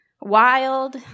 wild